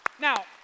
Now